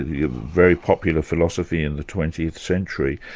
a very popular philosophy in the twentieth century,